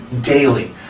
Daily